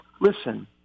listen